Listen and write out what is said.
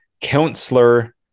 counselor